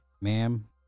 Ma'am